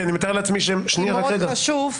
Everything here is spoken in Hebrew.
כי אני מתאר לעצמי --- כי מאוד חשוב -- שנייה,